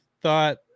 thought